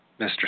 Mr